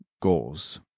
goals